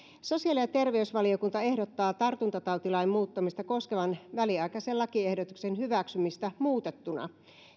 sosiaali ja terveysvaliokunta ehdottaa tartuntatautilain väliaikaista muuttamista koskevan lakiehdotuksen hyväksymistä muutettuna